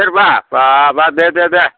सेरबा बा बा दे दे दे